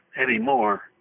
anymore